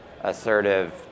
assertive